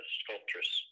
sculptress